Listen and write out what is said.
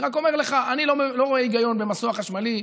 אני רק אומר לך: אני לא רואה היגיון במסוע חשמלי.